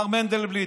מר מנדלבליט,